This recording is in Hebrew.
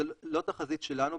זו לא תחזית שלנו,